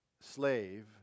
slave